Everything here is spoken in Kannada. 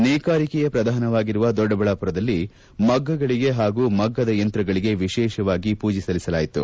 ನೇಕಾರಿಕೆಯೇ ಪ್ರಧಾನವಾಗಿರುವ ದೊಡ್ಡಬಳ್ಳಾಪುರದಲ್ಲಿ ಮಗ್ಗಗಳಿಗೆ ಹಾಗೂ ಮಗ್ಗದ ಯಂತ್ರಗಳಿಗೆ ವಿಶೇಷವಾಗಿ ಪೂಜೆ ಸಲ್ಲಿಸಲಾಯಿತು